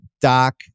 Doc